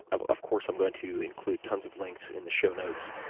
of of course i'm going to include tons of links in the show notes